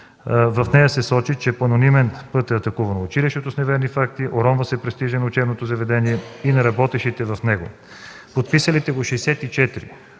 В нея се сочи, че по анонимен път е атакувано училището с неверни факти, уронва се престижа на учебното заведение и на работещите в него. Подписалите го 64